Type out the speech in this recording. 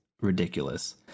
ridiculous